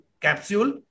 capsule